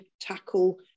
tackle